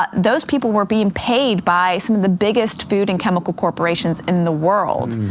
but those people were being paid by some of the biggest food and chemical corporations in the world.